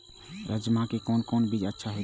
राजमा के लिए कोन बीज अच्छा होते?